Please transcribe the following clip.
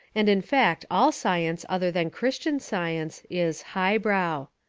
and, in fact, all science other than christian science, is high brow.